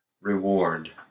reward